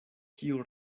kiu